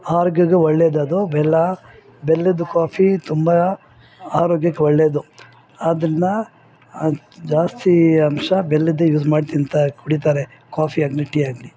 ಆರೋಗ್ಯಕ್ಕು ಒಳ್ಳೇದದು ಬೆಲ್ಲ ಬೆಲ್ಲುದ್ದು ಕಾಫಿ ತುಂಬ ಆರೋಗ್ಯಕ್ಕೆ ಒಳ್ಳೇದು ಆದ್ರಿಂದ ಜಾಸ್ತಿ ಅಂಶ ಬೆಲ್ಲುದ್ದೆ ಯೂಸ್ ಮಾಡಿ ತಿಂತಾರೆ ಕುಡಿತಾರೆ ಕಾಫಿ ಆಗಲಿ ಟೀ ಆಗಲಿ